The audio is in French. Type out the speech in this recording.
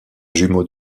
jumeau